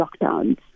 lockdowns